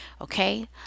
Okay